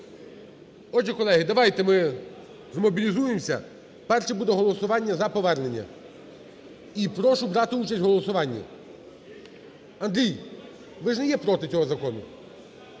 Отже, колеги, давайте ми змобілізуємося. Перше буде голосування за повернення і прошу брати участь в голосуванні. Андрій, ви ж не є проти цього закону,